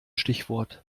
stichwort